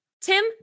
Tim